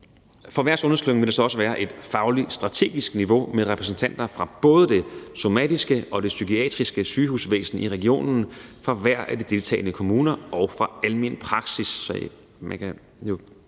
For hver sundhedsklynge vil der så også være et fagligt-strategisk niveau med repræsentanter for både det somatiske og det psykiatriske sygehusvæsen i regionen fra hver af de deltagende kommuner og for almen praksis. Man kan jo